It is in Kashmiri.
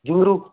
یوٗروٗ